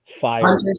fire